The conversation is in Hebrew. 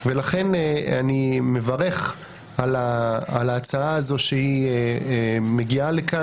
לכן אני מברך על ההצעה הזאת שהיא מגיעה לכאן